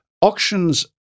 auctions